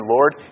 Lord